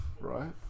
Right